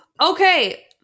Okay